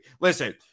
Listen